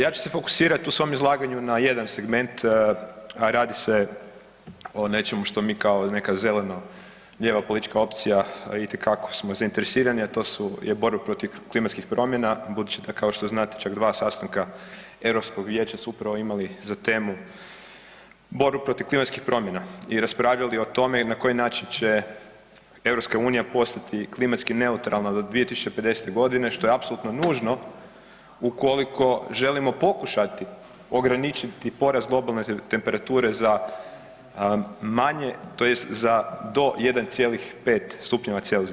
Ja ću se fokusirati u svom izlaganju na jedan segment, a radi se o nečemu što mi kao neka zeleno-lijeva politička opcija itekako smo zainteresirani, a to je borba protiv klimatskih promjena budući da kao što znate čak dva sastanka Europskog vijeća su upravo imali za temu borbu protiv klimatskih promjena i raspravljali o tome na koji način će Europska unija postati klimatski neutralna do 2050. godine što je apsolutno nužno ukoliko želimo pokušati ograničiti porast globalne temperature za manje, tj. do 1,5 stupnjeva celzijusa.